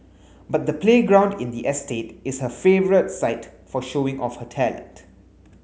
but the playground in the estate is her favourite site for showing off her talent